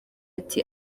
ati